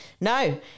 No